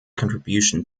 contribution